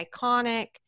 iconic